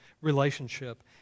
relationship